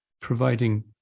providing